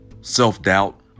self-doubt